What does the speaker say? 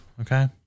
okay